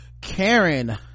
Karen